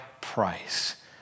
price